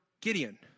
Gideon